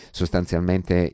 sostanzialmente